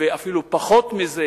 ואפילו פחות מזה